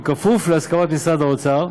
כפוף להסכמת משרד האוצר.